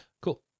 cool